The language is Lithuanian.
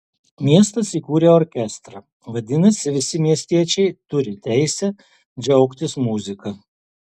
miestas įkūrė orkestrą vadinasi visi miestiečiai turi teisę džiaugtis muzika